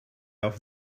off